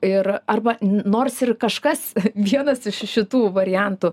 ir arba nors kažkas vienas iš šitų variantų